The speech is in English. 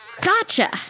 Gotcha